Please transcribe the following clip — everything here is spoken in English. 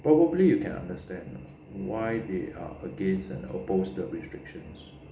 probably you can understand lah why they are against and oppose the restrictions